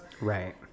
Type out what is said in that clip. Right